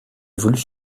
évolue